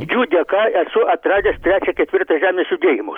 jų dėka esu atradęs trečią ketvirtą žemės judėjimus